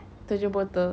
terjun porter